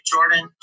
Jordan